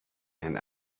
and